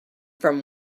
from